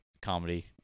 comedy